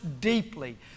deeply